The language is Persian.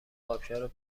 ابشار